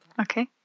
Okay